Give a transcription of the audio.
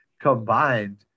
Combined